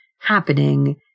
happening